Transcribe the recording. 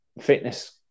fitness